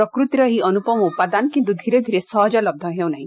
ପ୍ରକୃତିର ଏହି ଅନୁପମ ଉପାଦାନ କିନ୍ତୁ ଧୀରେଧୀରେ ସହଜଲଛ ହେଉନାହି